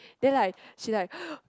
then like she like